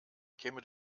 käme